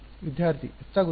ವಿದ್ಯಾರ್ಥಿ ಹೆಚ್ಚಾಗುತ್ತದೆ